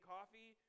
Coffee